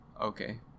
Okay